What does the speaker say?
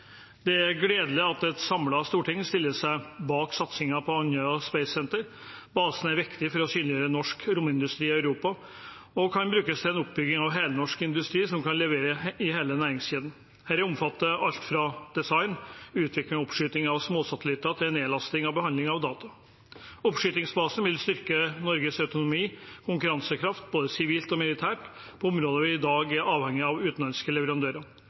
Det er gledelig at et samlet storting stiller seg bak satsingen på Andøya Space Center. Basen er viktig for å synliggjøre norsk romindustri i Europa og kan brukes til en oppbygging av helnorsk industri som kan levere i hele næringskjeden. Dette omfatter alt fra design, utvikling og oppskyting av småsatellitter til nedlasting og behandling av data. Oppskytingsbasen vil styrke Norges autonomi og konkurransekraft, både sivilt og militært, på områder der vi i dag er avhengige av utenlandske leverandører.